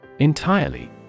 Entirely